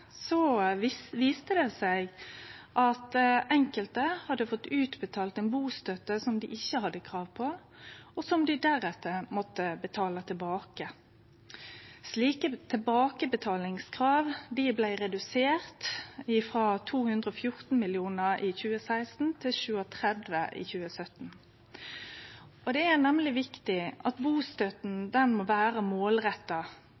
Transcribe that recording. seg at enkelte hadde fått utbetalt bustøtte som dei ikkje hadde krav på, og som dei deretter måtte betale tilbake. Slike tilbakebetalingskrav blei reduserte frå 214 mill. kr i 2016 til 37 mill. kr i 2017. Det er nemleg viktig at